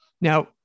now